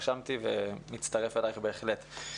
רשמתי לפניי, אני מצטרף אליך בהחלט.